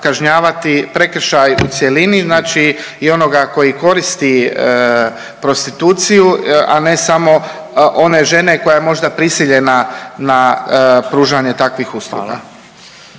kažnjavati prekršaj u cjelini znači i onoga koji koristi prostituciju, a ne samo one žene koja je možda prisiljena na pružanje takvih usluga.